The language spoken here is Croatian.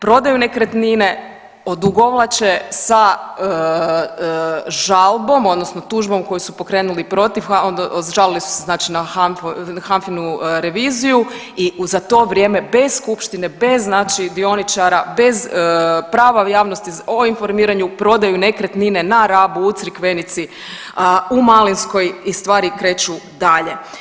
Prodaju nekretnine, odugovlače sa žalbom odnosno tužbom koju su pokrenuli protiv, žalili su se znači na HANFINU reviziju i za to vrijeme bez skupštine, bez znači dioničara, bez prava o javnosti o informiranju prodaju nekretnine na Rabu, u Crikvenici, u Malinskoj i stvari kreću dalje.